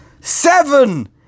seven